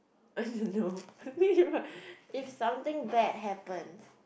I don't know if something bad happens